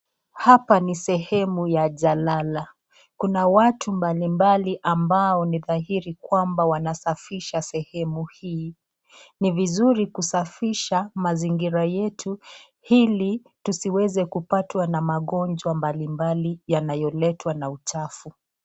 Hapa ni sehemu ya jalala, kuna watu mbalimbali ambalo ni dhahiri kwamba wanasafisha sehemu hii, ni vizuri kusafisha mazingira yetu hili tusiweze kupatwa na magonjwa mbalimbali yanayoletwa na uchafu.